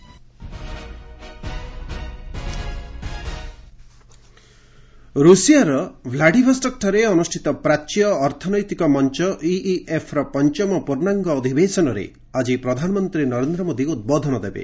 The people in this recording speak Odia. ପିଏମ୍ ରୁଷିଆ ରୁଷିଆର ଭ୍ଲାଡିଭଷ୍ଟକ୍ଠାରେ ଅନୁଷ୍ଠିତ ପ୍ରାଚ୍ୟ ଅର୍ଥନୈତିକ ମଞ୍ଚ ଇଇଏଫ୍ ର ପଞ୍ଚମ ପୂର୍ଣ୍ଣାଙ୍ଗ ଅଧିବେଶନରେ ଆକି ପ୍ରଧାନମନ୍ତ୍ରୀ ନରେନ୍ଦ୍ର ମୋଦି ଉଦ୍ବୋଧନ ଦେବେ